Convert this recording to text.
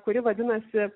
kuri vadinasi